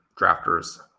drafters